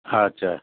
আচ্ছা